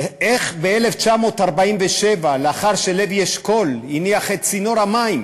ואיך ב-1947, לאחר שלוי אשכול הניח את צינור המים,